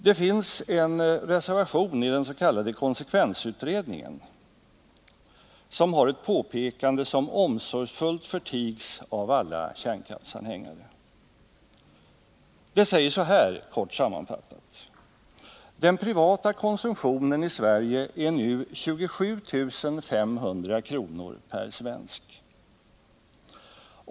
Det finns i en reservation till den s.k. konsekvensutredningen ett påpekande som omsorgsfullt förtigs av alla kärnkraftsanhängare. Det är kort sammanfattat följande: Den privata konsumtionen är nu 27 500 kr. per svensk.